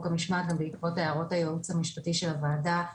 המשמעת ובעקבות הערות הייעוץ המשפטי של הוועדה,